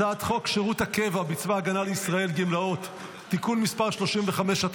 הצעת חוק שירות הקבע בצבא הגנה לישראל (גמלאות) (תיקון מס' 35),